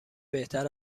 بهتر